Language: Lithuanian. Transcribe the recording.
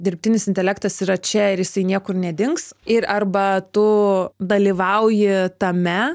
dirbtinis intelektas yra čia ir jisai niekur nedings ir arba tu dalyvauji tame